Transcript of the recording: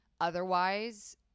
otherwise